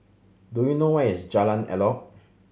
do you know where is Jalan Elok